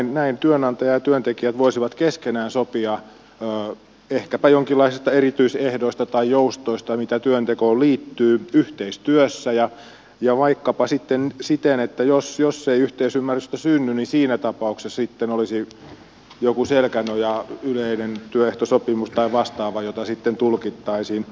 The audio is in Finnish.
näin työnantaja ja työntekijät voisivat keskenään sopia ehkäpä jonkinlaisista erityisehdoista tai joustoista mitä työntekoon liittyy yhteistyössä ja vaikkapa sitten siten että jos ei yhteisymmärrystä synny niin siinä tapauksessa sitten olisi joku selkänoja yleinen työehtosopimus tai vastaava jota sitten tulkittaisiin